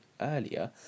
earlier